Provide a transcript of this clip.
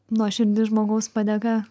nuoširdi žmogaus padėka